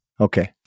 okay